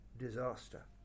disaster